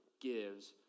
gives